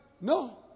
No